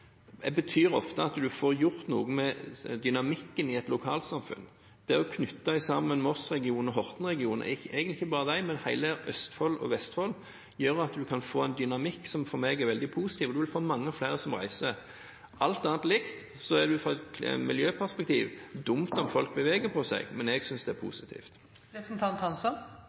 betyr ofte at en får gjort noe med dynamikken i et lokalsamfunn. Det å knytte sammen Moss-regionen og Horten-regionen – og egentlig ikke bare disse, men hele Østfold og Vestfold – gjør at en kan få en dynamikk som for meg er veldig positiv: En vil få mange flere som reiser. Alt annet likt er det – ut fra et miljøperspektiv – dumt om folk flytter på seg, men jeg synes det er